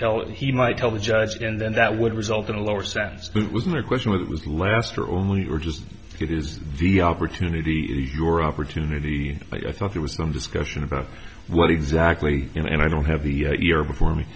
tell he might tell the judge and then that would result in a lower sentence but it was not a question was it was lester only or just it is via opportunity is your opportunity and i thought there was some discussion about what exactly you know and i don't have the year before me